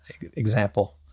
example